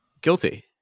Guilty